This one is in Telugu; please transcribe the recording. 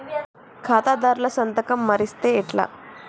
ఖాతాదారుల సంతకం మరిస్తే ఎట్లా?